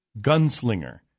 Gunslinger